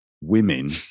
women